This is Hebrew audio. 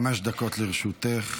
חמש דקות לרשותך.